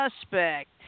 suspect